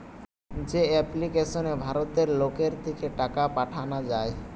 যে এপ্লিকেশনে ভারতের লোকের থিকে টাকা পাঠানা যায়